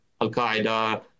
Al-Qaeda